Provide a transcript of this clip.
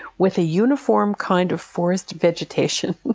with a uniformed kind of forest vegetation,